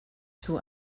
two